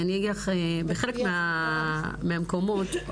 בחלק מהמקומות,